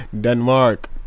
Denmark